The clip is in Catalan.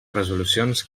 resolucions